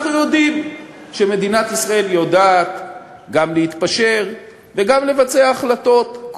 אנחנו יודעים שמדינת ישראל יודעת גם להתפשר וגם לבצע החלטות,